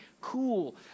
Cool